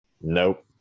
Nope